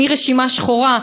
מי ברשימה שחורה,